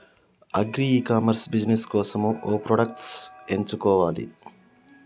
Agri e commerce business కోసము ఏ ప్రొడక్ట్స్ ఎంచుకోవాలి?